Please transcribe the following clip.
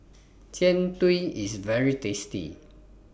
Jian Dui IS very tasty